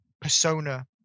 persona